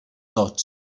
tots